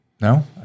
No